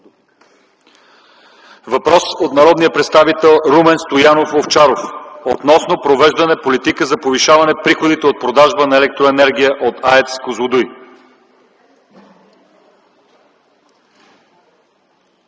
Въпрос от народния представител Румен Стоянов Овчаров относно провежданата политика за повишаване на приходите от продажба на електроенергия от АЕЦ „Козлодуй”.